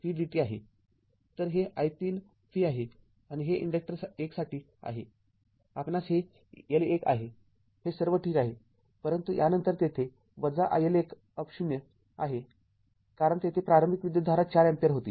तर हे i३v आहे आणि हे इन्डक्टर १ साठी आहे आणि हे L१ आहे हे सर्व ठीक आहे परंतु यानंतर तेथे iL१० आहे कारण तेथे प्रारंभिक विद्युतधारा ४ अँपिअर होती